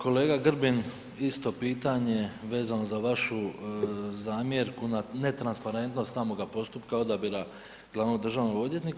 Kolega Grbin, isto pitanje, vezano za vašu zamjerku na netransparentnost samoga postupka odabira glavnog državnog odvjetnika.